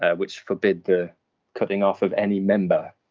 and which forbad the cutting off of any member.